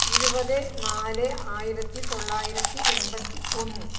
ഇരുപത് നാല് ആയിരത്തിത്തൊള്ളായിരത്തി എമ്പത്തി ഒന്ന്